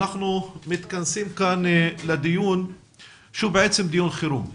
אנחנו מתכנסים כאן לדיון שהוא בעצם דיון חירום,